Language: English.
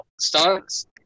stunts